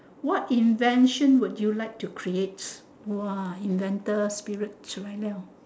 what invention would you like to creates !wah! inventor spirit chu lai [liao] ***